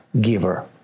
giver